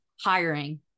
hiring